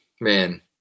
man